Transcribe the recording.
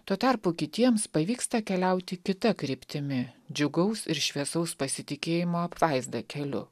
tuo tarpu kitiems pavyksta keliauti kita kryptimi džiugaus ir šviesaus pasitikėjimo apvaizda keliu